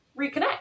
reconnect